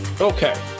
okay